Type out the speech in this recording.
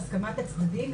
הסכמה הצדדים,